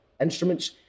instruments